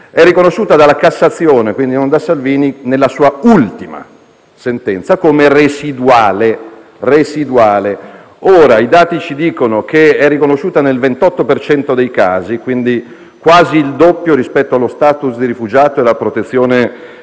è riconosciuta della Cassazione, quindi non da Salvini, nella sua ultima sentenza come «residuale». Ora, i dati ci dicono che è riconosciuta nel 28 per cento dei casi, quindi quasi il doppio rispetto allo *status* di rifugiato e alla protezione